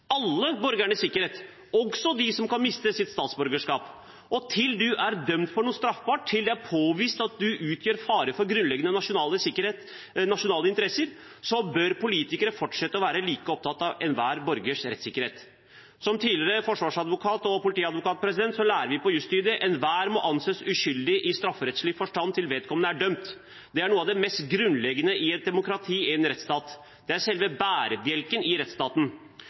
alle borgernes sikkerhet, også de som kan miste sitt statsborgerskap. Til en er dømt for noe straffbart, til det er påvist at en utgjør en fare for den grunnleggende nasjonale sikkerheten og nasjonale interesser, bør politikere fortsette å være like opptatt av enhver borgers rettssikkerhet. Jeg er tidligere forsvarsadvokat og politiadvokat, og jeg lærte på jusstudiet: Enhver må anses uskyldig i strafferettslig forstand til vedkommende er dømt. Det er noe av det mest grunnleggende i et demokrati, i en rettsstat. Det er selve bærebjelken i rettsstaten.